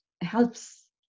helps